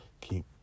keep